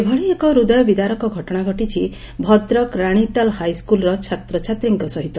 ଏଭଳି ଏକ ହୃଦୟ ବିଦାରକ ଘଟଶା ଘଟିଛି ଭଦ୍ରକ ରାଶୀତାଲ ହାଇସ୍କୁଲ୍ର ଛାତ୍ରଛାତ୍ରୀଙ୍କ ସହିତ